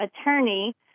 attorney